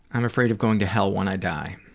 i'm afraid of going to hell when i die.